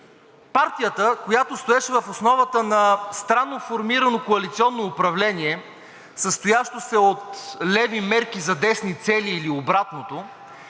Партията, която стоеше в основата на странно формирано коалиционно управление, състоящо се от леви мерки за десни цели или обратното;